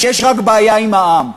יש רק בעיה עם העם.